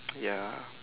ya